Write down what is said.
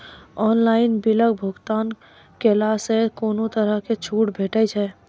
Online बिलक भुगतान केलासॅ कुनू तरहक छूट भेटै छै?